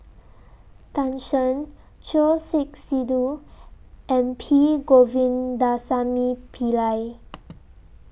Tan Shen Choor Singh Sidhu and P Govindasamy Pillai